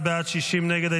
51 בעד, 60 נגד.